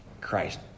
Christ